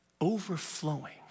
overflowing